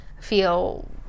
feel